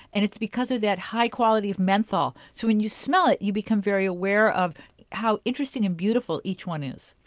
and it's because of that high quality of menthol so when you smell it, you become very aware of how interesting and beautiful each one is.